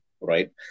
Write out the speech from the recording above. right